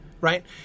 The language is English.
right